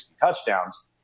touchdowns